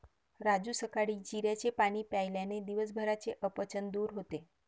राजू सकाळी जिऱ्याचे पाणी प्यायल्याने दिवसभराचे अपचन दूर होते